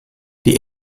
die